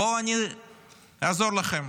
בואו אני אעזור לכם.